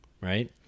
Right